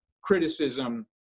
criticism